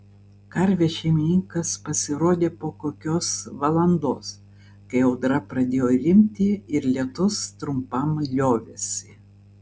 karvės šeimininkas pasirodė po kokios valandos kai audra pradėjo rimti ir lietus trumpam liovėsi